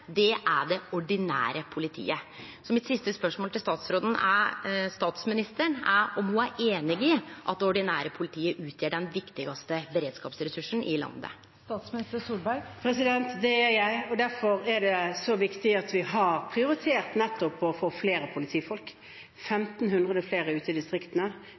er det ordinære politiet. Mitt siste spørsmål til statsministeren er om ho er einig i at det ordinære politiet utgjer den viktigaste beredskapsressursen i landet? Det er jeg, og derfor er det så viktig at vi har prioritert nettopp å få flere politifolk – 1 500 flere ute i distriktene,